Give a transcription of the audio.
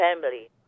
family